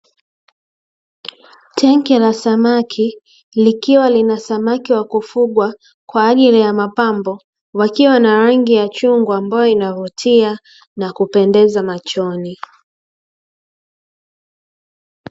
Tangi la samaki, likiwa lina samaki wa kufugwa kwa ajili ya mapambo, wakiwa na rangi ya chungwa ambayo inavutia na kupendeza machoni.